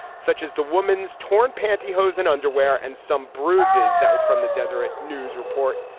such as the woman's torn pantyhose and underwear and some bruises. that was from the deseret news report.